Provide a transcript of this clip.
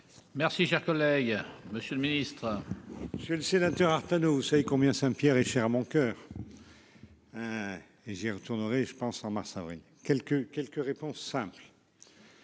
Merci, cher collègue, Monsieur le Ministre. Monsieur le sénateur Artano. Vous savez combien Saint Pierre est chère à mon coeur. Et j'y retournerai, je pense en mars avril quelques quelques réponses simples.--